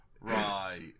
Right